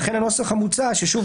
לכן כרגע הנוסח המוצע - ושוב,